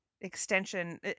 extension